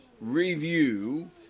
review